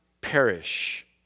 perish